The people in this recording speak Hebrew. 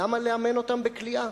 למה לאמן אותם בקליעה?